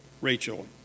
Rachel